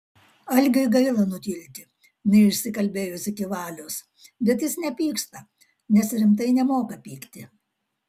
algiui gaila nutilti neišsikalbėjus iki valios bet jis nepyksta nes rimtai nemoka pykti